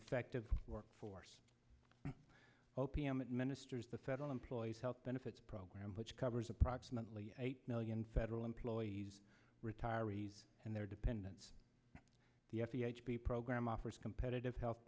effective workforce o p m administers the federal employees health benefits program which covers approximately eight million federal employees retirees and their dependents the f t h b program offers competitive health